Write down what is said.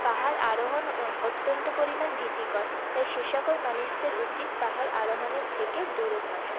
পাহাড় আরোহণ অত্যন্ত পরিমাণ ভীতিকর তাই সে সকল মানুষদের উচিত পাহাড় আরোহণের থেকে দূরে থাকা